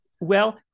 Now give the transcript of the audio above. Well-